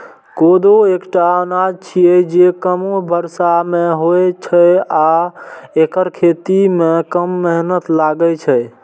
कोदो एकटा अनाज छियै, जे कमो बर्षा मे होइ छै आ एकर खेती मे कम मेहनत लागै छै